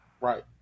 Right